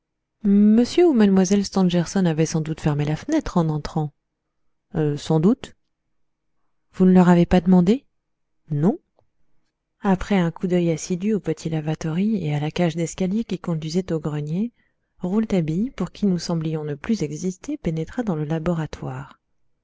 ou mlle stangerson avaient sans doute fermé la fenêtre en entrant sans doute vous ne leur avez pas demandé non après un coup d'œil assidu au petit lavatory et à la cage de l'escalier qui conduisait au grenier rouletabille pour qui nous semblions ne plus exister pénétra dans le laboratoire